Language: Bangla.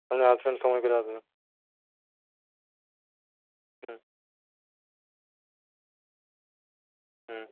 আপনি আসবেন সময় করে আসবেন হুম হুম